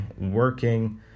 working